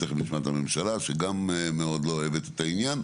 תיכף נשמע את הממשלה שגם מאוד לא אוהבת את העניין,